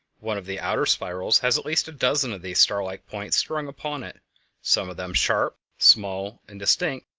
one of the outer spirals has at least a dozen of these star-like points strung upon it some of them sharp, small, and distinct,